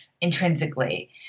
intrinsically